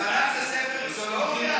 התנ"ך זה ספר היסטוריה?